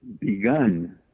begun